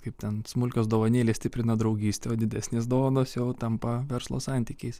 kaip ten smulkios dovanėlės stiprina draugystę o didesnės dovanos jau tampa verslo santykiais